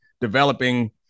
developing